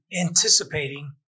anticipating